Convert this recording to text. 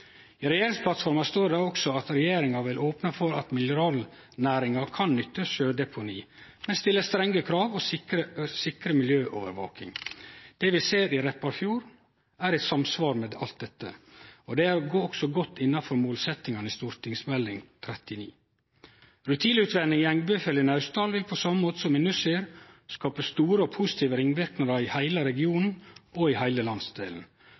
i regjeringsplattforma står det at regjeringa vil opne for at mineralnæringa kan nytte sjødeponi, men stille strenge krav og sikre miljøovervaking. Det vi ser i Repparfjorden, er i samsvar med alt dette, og det er også godt innanfor målsetjingane i Meld. St. 39 for 2012–2013. Rutilutvinninga i Engebøfjellet i Naustdal vil på same måte som i Nussir skape store og positive ringverknader i heile regionen og i heile landsdelen,